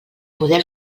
model